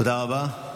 תודה רבה.